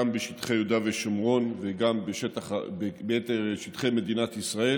בשטחי יהודה ושומרון וגם ביתר שטחי מדינת ישראל.